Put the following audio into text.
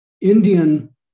Indian